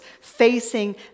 facing